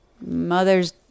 Mother's